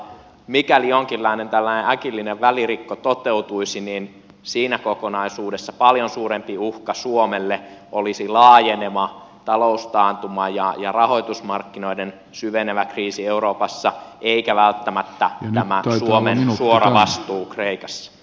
mikäli jonkinlainen äkillinen välirikko toteutuisi niin siinä kokonaisuudessa paljon suurempi uhka suomelle olisi laajeneva taloustaantuma ja rahoitusmarkkinoiden syvenevä kriisi euroopassa eikä välttämättä tämä suomen suora vastuu kreikassa